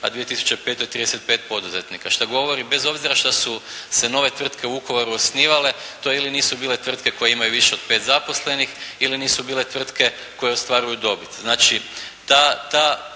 a 2005. 35 poduzetnika što govori bez obzira što su se nove tvrtke u Vukovaru osnivale to ili nisu bile tvrtke koje imaju više od 5 zaposlenih ili nisu bile tvrtke koje ostvaruju dobit. Znači, ta